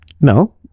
no